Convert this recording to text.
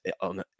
on